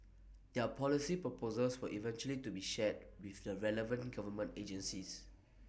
their policy proposals will eventually be shared with the relevant government agencies